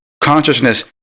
Consciousness